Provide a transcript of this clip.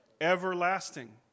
everlasting